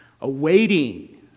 awaiting